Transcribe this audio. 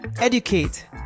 educate